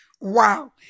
wow